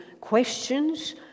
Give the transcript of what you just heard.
questions